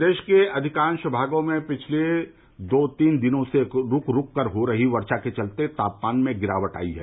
प्रदेश के अधिकांश भागों में पिछले दो तीन दिनों से रूक रूक कर हो रही वर्षा के चलते तापमान में गिरावट आयी है